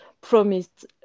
promised